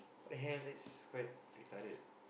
what the hell that's quite retarded